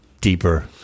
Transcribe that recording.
deeper